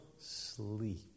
sleep